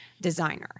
designer